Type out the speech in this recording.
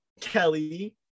Kelly